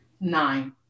nine